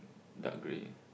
dark grey